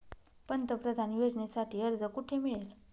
पंतप्रधान योजनेसाठी अर्ज कुठे मिळेल?